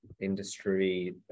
industry